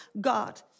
God